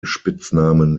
spitznamen